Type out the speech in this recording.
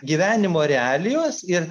gyvenimo realijos ir